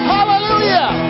Hallelujah